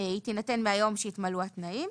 תינתן מהיום שבו יתמלאו התנאים.